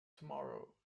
tomorrow